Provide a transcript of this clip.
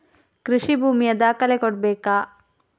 ಕೃಷಿ ಭೂಮಿಯ ದಾಖಲೆ ಕೊಡ್ಬೇಕಾ?